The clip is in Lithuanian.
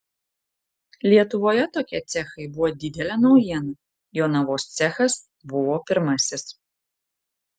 lietuvoje tokie cechai buvo didelė naujiena jonavos cechas buvo pirmasis